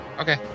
Okay